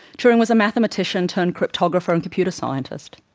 turing was a mathematician turned cryptographer and computer scientist,